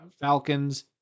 Falcons